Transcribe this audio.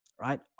right